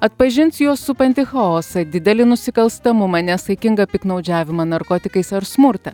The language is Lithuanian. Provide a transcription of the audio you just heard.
atpažins juos supantį chaosą didelį nusikalstamumą nesaikingą piktnaudžiavimą narkotikais ar smurtą